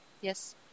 Yes